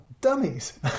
dummies